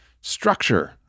structure